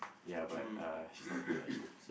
ya but uh he's not cool lah actually